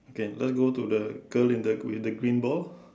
can let's go to the girl with the green ball